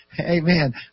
Amen